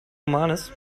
romanes